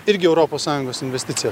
irgi europos sąjungos investicija